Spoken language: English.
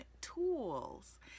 tools